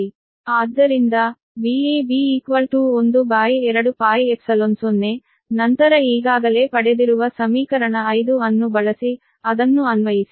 ಆದ್ದರಿಂದ Vab120 ನಂತರ ಈಗಾಗಲೇ ಪಡೆದಿರುವ ಸಮೀಕರಣ 5 ಅನ್ನು ಬಳಸಿ ಅದನ್ನು ಅನ್ವಯಿಸಿ